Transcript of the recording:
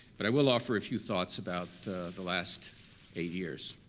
but i will offer a few thoughts about the last eight years.